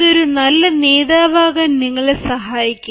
ഇത് ഒരു നല്ല നേതാവാകാൻ ഇത് നിങ്ങളെ സഹായിക്കും